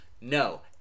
No